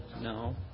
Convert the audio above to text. No